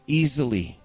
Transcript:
easily